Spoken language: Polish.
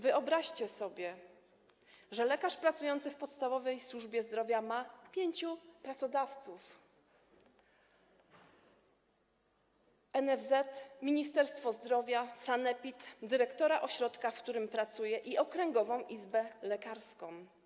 Wyobraźcie sobie, że lekarz pracujący w podstawowej służbie zdrowia ma pięciu pracodawców: NFZ, Ministerstwo Zdrowia, sanepid, dyrektora ośrodka, w którym pracuje, i okręgową izbę lekarską.